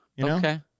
Okay